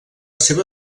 seva